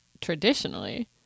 traditionally